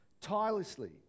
Tirelessly